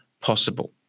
possible